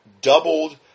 doubled